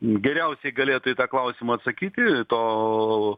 geriausiai galėtų į tą klausimą atsakyti to